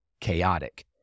chaotic